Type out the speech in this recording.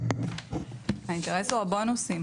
האינטרס הוא הבונוסים.